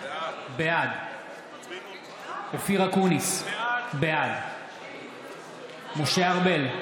בעד אופיר אקוניס, בעד משה ארבל,